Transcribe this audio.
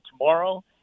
tomorrow